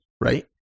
right